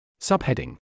Subheading